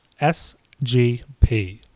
SGP